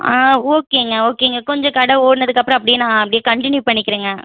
ஆ ஓகேங்க ஓகேங்க கொஞ்சம் கடை ஓடுனதுக்கப்புறம் அப்படியே நான் அப்படியே கன்ட்டினியூ பண்ணிக்கிறேங்க